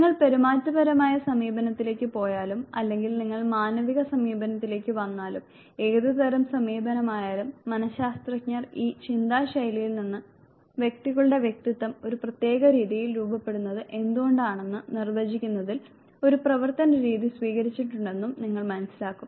നിങ്ങൾ പെരുമാറ്റപരമായ സമീപനത്തിലേക്ക് പോയാലും അല്ലെങ്കിൽ നിങ്ങൾ മാനവിക സമീപനത്തിലേക്ക് വന്നാലും ഏത് തരം സമീപനം ആയാലും മനശാസ്ത്രജ്ഞർ ഈ ചിന്താശൈലിയിൽ നിന്ന് വ്യക്തികളുടെ വ്യക്തിത്വം ഒരു പ്രത്യേക രീതിയിൽ രൂപപ്പെടുന്നത് എന്തുകൊണ്ടാണെന്ന് നിർവ്വചിക്കുന്നതിൽ ഒരു പ്രവർത്തനരീതി സ്വീകരിച്ചിട്ടുണ്ടെന്നും നിങ്ങൾ മനസ്സിലാക്കും